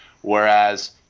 Whereas